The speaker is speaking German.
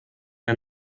der